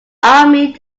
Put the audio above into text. army